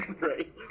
right